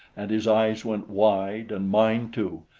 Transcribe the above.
and his eyes went wide, and mine too,